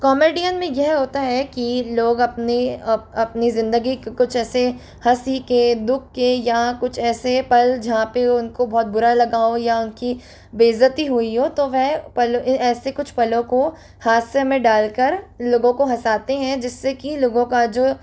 comedian में यह होता है कि लोग अपने अपनी जिंदगी कुछ ऐसे हँसी के दुख के या कुछ ऐसे पल जहाँ पे उनको बहुत बुरा लगा हो या उनकी बेइज्जती हुई हो तो वह ऐसे कुछ पलों को हादसे में डालकर लोगों को हँसते हैं जिससे कि लोगों का जो